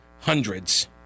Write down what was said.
hundreds